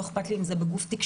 לא אכפת לי אם זה בגוף תקשורתי,